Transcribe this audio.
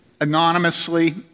anonymously